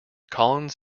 collins